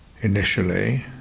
initially